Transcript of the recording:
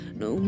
no